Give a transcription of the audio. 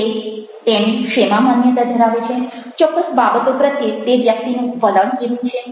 તે તેણી શેમાં માન્યતા ધરાવે છે ચોક્કસ બાબતો પ્રત્યે તે વ્યક્તિનું વલણ કેવું છે